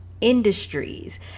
industries